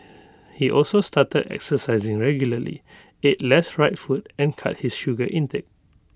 he also started exercising regularly ate less fried food and cut his sugar intake